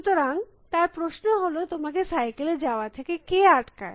সুতরাং তার প্রশ্ন হল তোমাকে সাইকেল এ যাওয়া থেকে কে আটকায়